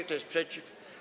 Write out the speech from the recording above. Kto jest przeciw?